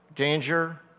danger